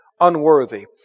unworthy